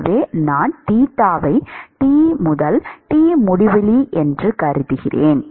எனவே நான் தீட்டாவை T Tமுடிவிலி என்று கருதினால்